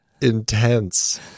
Intense